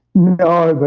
no,